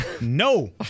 No